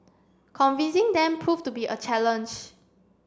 convincing them proved to be a challenge